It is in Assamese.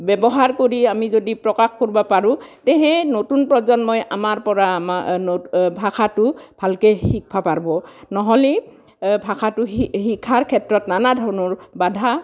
ব্যৱহাৰ কৰি আমি যদি প্ৰকাশ কৰবা পাৰোঁ তেহে নতুন প্ৰজন্মই আমাৰ পৰা ভাষাটো ভালকৈ শিকবা পাৰব নহলি ভাষাটো শি শিকাৰ ক্ষেত্ৰত নানা ধৰণৰ বাধা